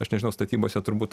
aš nežinau statybose turbūt